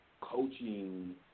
coaching